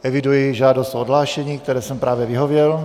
Eviduji žádost o odhlášení, které jsem právě vyhověl.